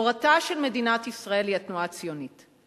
הורתה של מדינת ישראל היא התנועה הציונית.